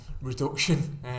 reduction